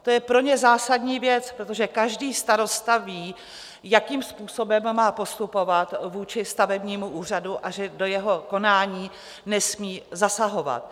To je pro ně zásadní věc, protože každý starosta ví, jakým způsobem má postupovat vůči stavebnímu úřadu a že do jeho konání nesmí zasahovat.